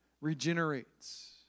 Regenerates